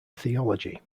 theology